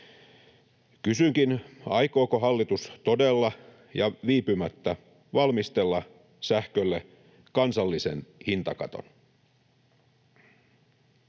Kysynkin: aikooko hallitus todella ja viipymättä valmistella sähkölle kansallisen hintakaton?